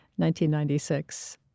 1996